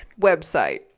website